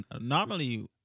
normally